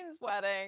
wedding